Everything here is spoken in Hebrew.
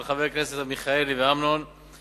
של חבר הכנסת אברהם מיכאלי וחבר הכנסת אמנון כהן,